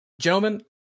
gentlemen